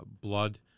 Blood